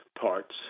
parts